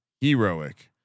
heroic